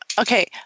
okay